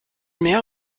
mehr